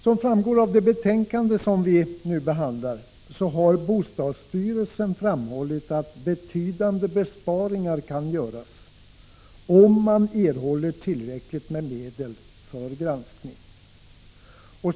Som framgår av det betänkande som vi nu behandlar har bostadsstyrelsen framhållit att betydande besparingar kan göras, om man får tillräckligt med medel för att kunna utföra en granskning.